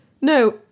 no